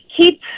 keep